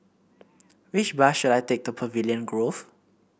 which bus should I take to Pavilion Grove